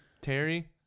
Terry